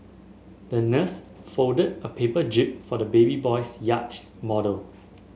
the nurse folded a paper jib for the baby boy's yacht model